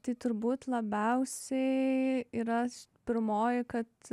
tai turbūt labiausiai yra pirmoji kad